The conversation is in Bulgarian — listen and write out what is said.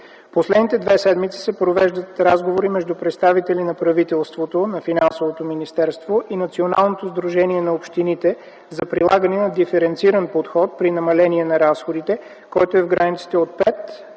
Последните две седмици се провеждат разговори между представители на правителството, на Финансовото министерство и Националното сдружение на общините за прилагане на диференциран подход при намаление на разходите, който е в границите от 5